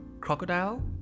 crocodile